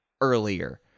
earlier